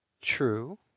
True